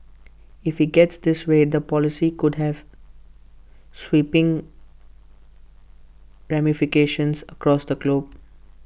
if he gets his way the policy could have sweeping ramifications across the globe